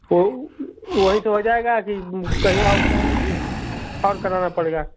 वो वहीं पर हो जायेगा कि कहीं और और कराना पड़ेगा